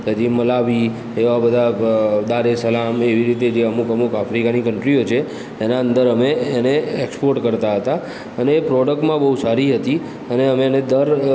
પછી મલાવી એવા બધા બ દારેસલામ એવી રીતે જે અમુક અમુક આફ્રિકાની કન્ટ્રીઓ છે એના અંદર અમે એને એક્સપોર્ટ કરતા હતા અને પ્રોડક્ટમાં બહુ સારી હતી અને અમે એને દર